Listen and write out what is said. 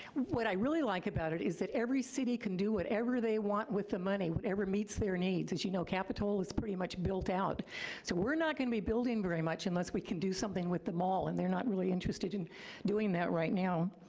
what i really like about it is that every city can do whatever they want with the money, whatever meets their needs. as you know, capitola is pretty much built out, so we're not gonna be building very much unless we can do something with the mall, and they're not really interested in doing that right now.